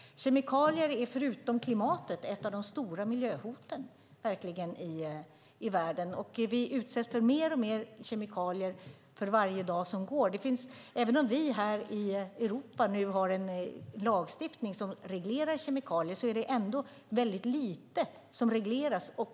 Kemikalier är, förutom klimatet, ett av de stora miljöhoten i världen. Vi utsätts för mer och mer kemikalier för varje dag som går. Även om vi här i Europa har en lagstiftning som reglerar kemikalier är det ändå väldigt lite som regleras.